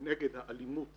נגד האלימות